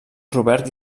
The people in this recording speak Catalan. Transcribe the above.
robert